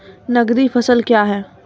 नगदी फसल क्या हैं?